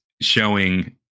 showing